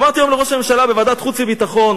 אמרתי היום לראש הממשלה בוועדת החוץ והביטחון: